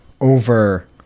over